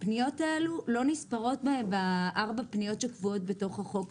הפניות האלה לא נספרות בארבע הפניות שקבועות בתוך החוק.